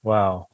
Wow